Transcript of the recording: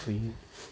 फुयो